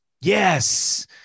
Yes